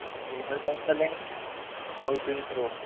जी sir कौन सा लेंगे